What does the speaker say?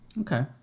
Okay